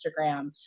Instagram